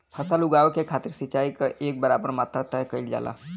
फसल उगावे के खातिर सिचाई क एक बराबर मात्रा तय कइल जाला